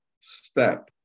step